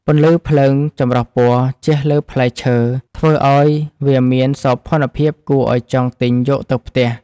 ពន្លឺភ្លើងចម្រុះពណ៌ជះលើផ្លែឈើធ្វើឱ្យវាមានសោភ័ណភាពគួរឱ្យចង់ទិញយកទៅផ្ទះ។